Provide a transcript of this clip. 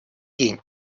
день